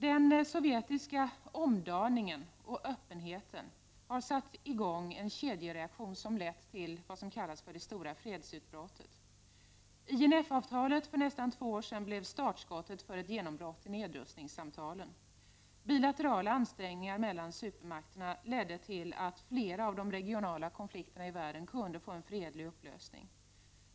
Den sovjetiska omdaningen och öppenheten har satt i gång en kedjereaktion, som har lett till det som har kallats det stora fredsutbrottet. INF-avtalet för nästan två år sedan blev startskottet för ett genombrott i nedrustningssamtalen. Bilaterala ansträngningar mellan supermakterna ledde till att flera av de regionala konflikterna i världen kunde få en fredlig upplösning.